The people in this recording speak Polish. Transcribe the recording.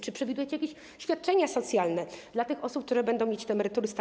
Czy przewidujecie jakieś świadczenia socjalne dla tych osób, które będą mieć te emerytury stażowe?